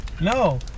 No